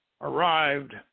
arrived